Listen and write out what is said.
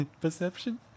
Perception